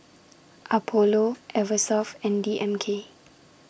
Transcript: Apollo Eversoft and D M K